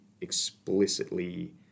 explicitly